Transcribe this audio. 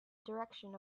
direction